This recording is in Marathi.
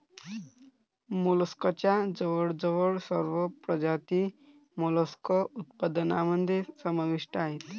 मोलस्कच्या जवळजवळ सर्व प्रजाती मोलस्क उत्पादनामध्ये समाविष्ट आहेत